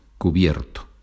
cubierto